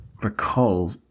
recall